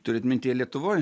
turit mintyje lietuvoj